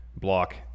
block